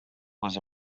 was